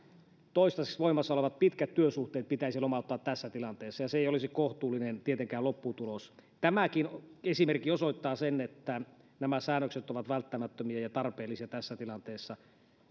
toistaiseksi voimassa olevat pitkät työsuhteet pitäisi lomauttaa tässä tilanteessa ja se ei olisi tietenkään kohtuullinen lopputulos tämäkin esimerkki osoittaa että nämä säännökset ovat välttämättömiä ja tarpeellisia tässä tilanteessa